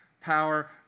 power